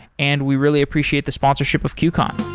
and we really appreciate the sponsorship of qcon.